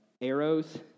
arrows